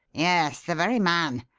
yes, the very man.